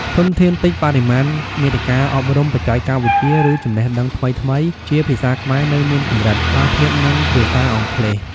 ធនធានតិច បរិមាណមាតិកាអប់រំ បច្ចេកវិទ្យា ឬចំណេះដឹងថ្មីៗជាភាសាខ្មែរនៅមានកម្រិតបើធៀបនឹងភាសាអង់គ្លេស។